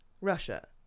Russia